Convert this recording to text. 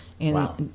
Wow